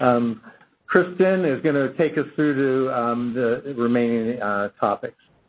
um kristen is going to take us through to the remaining topics.